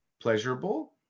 pleasurable